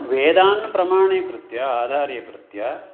वेदान् प्रमाणीकृत्य आधारीकृत्य